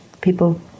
people